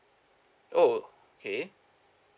oh okay